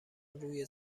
روی